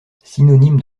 synonyme